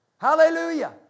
Hallelujah